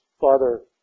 Father